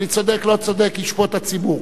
אני צודק, לא צודק, ישפוט הציבור.